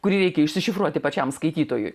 kurį reikia išsišifruoti pačiam skaitytojui